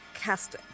cast